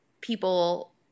people